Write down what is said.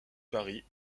paris